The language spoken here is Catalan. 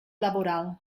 laboral